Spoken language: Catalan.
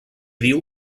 diu